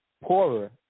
poorer